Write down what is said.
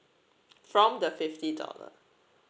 from the fifty dollar